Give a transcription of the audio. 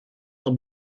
are